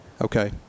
Okay